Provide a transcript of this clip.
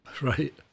Right